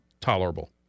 tolerable